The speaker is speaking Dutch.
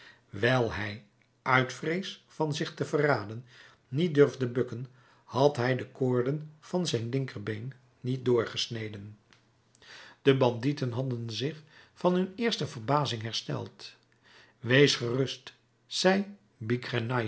wijl hij uit vrees van zich te verraden niet durfde bukken had hij de koorden van zijn linkerbeen niet doorgesneden de bandieten hadden zich van hun eerste verbazing hersteld wees gerust zei